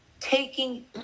taking